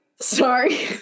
sorry